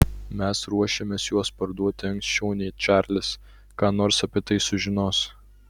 mes ruošiamės juos parduoti anksčiau nei čarlis ką nors apie tai sužinos